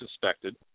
suspected